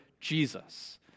Jesus